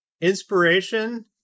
inspiration